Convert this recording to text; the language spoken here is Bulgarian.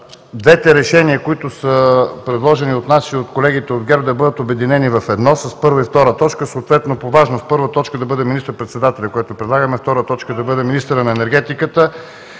двете решения, предложени от нас и от колегите от ГЕРБ, да бъдат обединени в едно с първа и втора точка по важност: първа точка да бъде министър-председателят, втора точка да бъде министърът на енергетиката